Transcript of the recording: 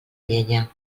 llenya